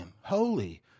holy